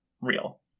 real